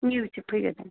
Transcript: निउससो फैग्रोदों